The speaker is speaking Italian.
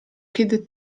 kid